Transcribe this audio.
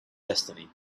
destiny